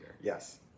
Yes